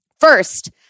first